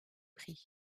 prix